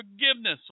forgiveness